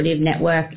network